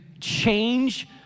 change